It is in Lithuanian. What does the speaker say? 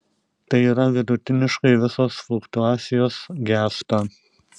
tai yra vidutiniškai visos fluktuacijos gęsta